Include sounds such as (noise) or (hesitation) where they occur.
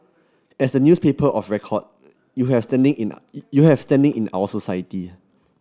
as the newspaper of record you have standing in (hesitation) you have standing in our society